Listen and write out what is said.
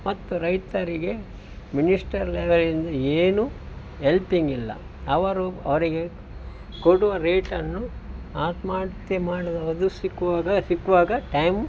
ಮತ್ತು ರೈತರಿಗೆ ಮಿನಿಸ್ಟರ್ ಲೆವೆಲಿಂದ ಏನು ಎಲ್ಪಿಂಗ್ ಇಲ್ಲ ಅವರು ಅವರಿಗೆ ಕೊಡುವ ರೇಟನ್ನು ಆತ್ಮಹತ್ಯೆ ಮಾಡುವ ಅದು ಸಿಕ್ಕುವಾಗ ಸಿಕ್ಕುವಾಗ ಟೈಮ್